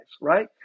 right